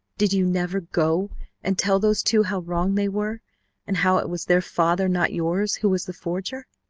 did you never go and tell those two how wrong they were and how it was their father, not yours, who was the forger?